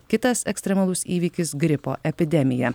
kitas ekstremalus įvykis gripo epidemija